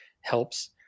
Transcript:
helps